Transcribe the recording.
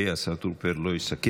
אוקיי, השר טרופר לא יסכם.